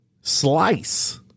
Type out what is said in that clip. slice